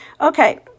Okay